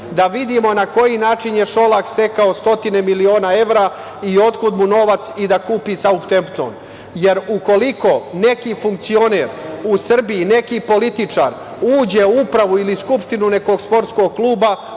da vidimo na koji način je Šolak stekao stotine miliona evra i otkud mu novac da kupi „Sautempton“. Ukoliko neki funkcioner, neki političar uđe u upravu ili skupštinu nekog sportskog kluba,